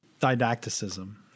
Didacticism